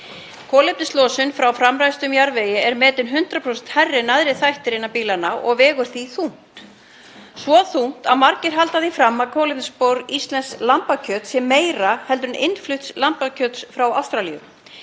Kolefnislosun frá framræstum jarðvegi er metin 100% hærri en aðrir þættir innan býlanna og vegur því þungt; svo þungt að margir halda því fram að kolefnisspor íslensks lambakjöts sé meira en innflutts lambakjöts frá Ástralíu,